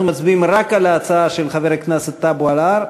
אנחנו מצביעים רק על ההצעה של חבר הכנסת טלב אבו עראר.